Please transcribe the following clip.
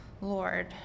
Lord